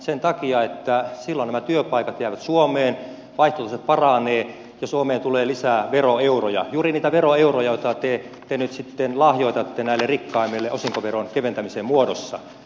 sen takia että silloin nämä työpaikat jäävät suomeen vaihtotase paranee ja suomeen tulee lisää veroeuroja juuri niitä veroeuroja joita te nyt sitten lahjoitatte näille rikkaimmille osinkoveron keventämisen muodossa